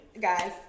guys